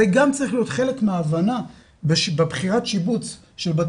זה גם צריך להיות חלק מההבנה בבחירת בית הספר בשיבוץ הילדים,